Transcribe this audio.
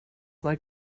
like